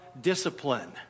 discipline